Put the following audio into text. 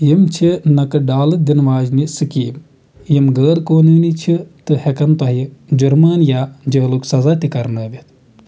یِم چھِ نقٕد ڈالہٕ دِنہٕ واجنہِ سِکیٖم یِم غٲر قٲنوٗنی چھِ تہٕ ہٮ۪کَن تۄہہِ جُرمانہٕ یا جیلُک سزا تہِ كرناوِتھ